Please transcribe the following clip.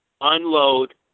unload